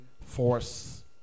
force